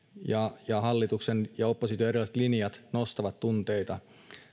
ja hallituksen ja opposition erilaiset linjat nostavat tunteita